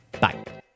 Bye